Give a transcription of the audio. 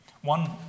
One